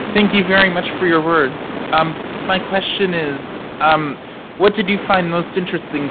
thank you very much for your words. um my question is, um what did you find most interesting